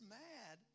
mad